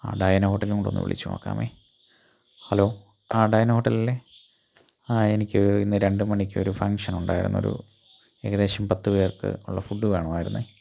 ആ ഡയാന ഹോട്ടലിലും കൂടി ഒന്ന് വിളിച്ചു നോക്കാം ഹലോ ആ ഡയാന ഹോട്ടൽ അല്ലേ ആ എനിക്ക് ഇന്ന് രണ്ടു മണിക്ക് ഒരു ഫംഗ്ഷൻ ഉണ്ടായിരുന്നു എനിക്ക് ഒരു ഏകദേശം പത്ത് പേർക്ക് ഉള്ള ഫുഡ് വേണമായിരുന്നു